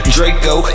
Draco